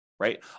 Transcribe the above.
right